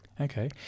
Okay